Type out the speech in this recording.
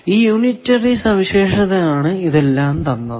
ഈ യൂണിറ്ററി സവിശേഷത ആണ് ഇതെല്ലാം തന്നത്